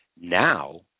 Now